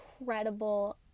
incredible